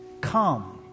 Come